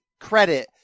credit